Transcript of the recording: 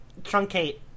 truncate